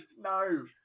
No